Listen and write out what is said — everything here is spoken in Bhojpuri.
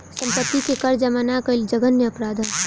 सम्पत्ति के कर जामा ना कईल जघन्य अपराध ह